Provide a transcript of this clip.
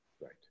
right